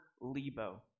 Lebo